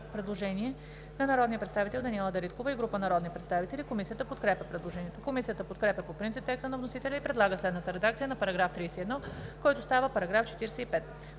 Предложение на народния представител Валери Симеонов и група народни представители. Комисията подкрепя предложението. Комисията подкрепя по принцип текста на вносителя и предлага следната редакция на § 61, който става § 78: „§ 78.